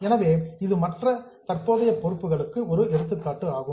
எனவே இது மற்ற தற்போதைய பொறுப்புகளுக்கு ஒரு எடுத்துக்காட்டு ஆகும்